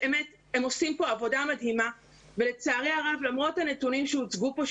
באמת הם עושים פה עבודה מדהימה ולצערי הרב למרות הנתונים שהוצגו פה,